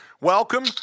Welcome